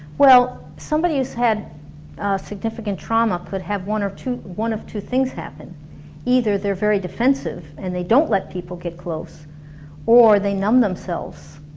well somebody whose had significant trauma could have one or two one of two things happen either they're very defensive and they don't let people get close or they numb themselves